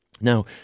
Now